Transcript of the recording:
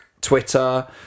Twitter